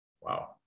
Wow